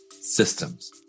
systems